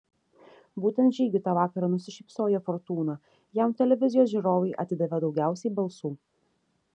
būtent žygiui tą vakarą nusišypsojo fortūna jam televizijos žiūrovai atidavė daugiausiai balsų